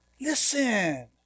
listen